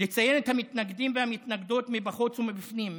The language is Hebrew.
ולציין את המתנגדים והמתנגדות מבחוץ ומבפנים,